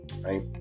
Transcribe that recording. right